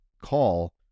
call